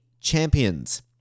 champions